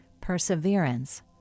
perseverance